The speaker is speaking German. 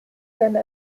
seine